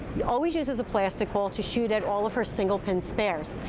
always uses a plastic ball to shoot at all of her single pin spares.